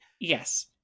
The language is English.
Yes